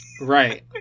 Right